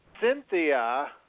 Cynthia